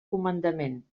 comandament